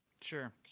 Sure